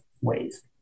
ways